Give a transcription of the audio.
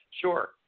Sure